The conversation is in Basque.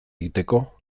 egiteko